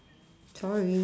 sorry